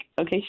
okay